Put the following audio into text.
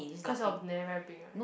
cause your neh very big right